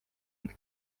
end